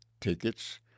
tickets